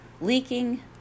leaking